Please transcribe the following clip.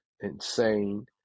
insane